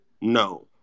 no